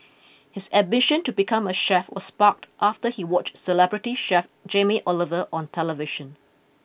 his ambition to become a chef was sparked after he watched celebrity chef Jamie Oliver on television